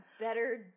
better